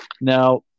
Now